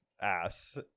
ass